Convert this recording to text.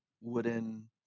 wooden